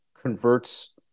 converts